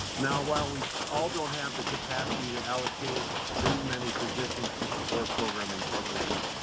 now, while we all don't have the capacity to allocate this many positions to support program integrity,